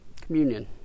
communion